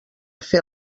fer